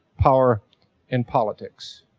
power and politics.